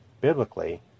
biblically